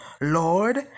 Lord